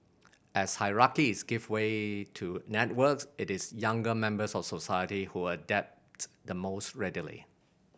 as hierarchies give way to networks it is younger members of society who adapt the most readily